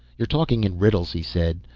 you're talking in riddles, he said.